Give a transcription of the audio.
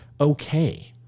okay